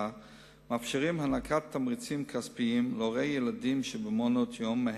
מאפשרים הענקת תמריצים כספיים להורי ילדים שבמעונות-יום,